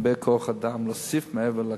הרבה כוח-אדם, להוסיף מעבר לכך.